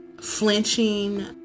flinching